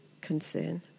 concern